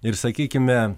ir sakykime